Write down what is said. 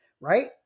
right